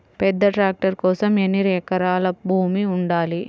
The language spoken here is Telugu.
పెద్ద ట్రాక్టర్ కోసం ఎన్ని ఎకరాల భూమి ఉండాలి?